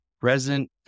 present